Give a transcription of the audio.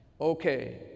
Okay